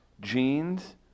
jeans